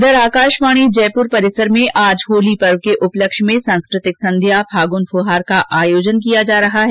इधर आकाशवाणी जयपुर परिसर में आज होली पर्व के उपलक्ष्य में सांस्कृतिक संध्या फागुन फुहार का आयोजन किया जा रहा है